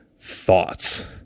Thoughts